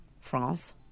France